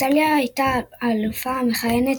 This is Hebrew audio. איטליה הייתה האלופה המכהנת,